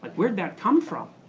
where'd that come from?